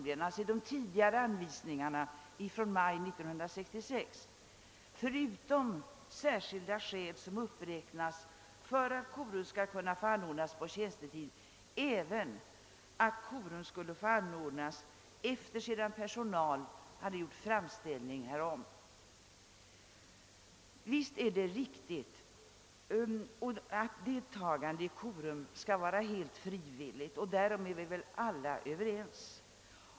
I de tidigare anvisningarna från maj 1966 angavs förutom särskilda skäl — som uppräknades även att korum skulle få anordnas på tjänstetid efter det att personal gjort framställning härom. Visst skall deltagande i korum vara helt frivilligt — därom är vi väl alla överens.